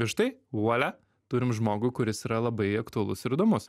ir štai vuolia turim žmogų kuris yra labai aktualus ir įdomus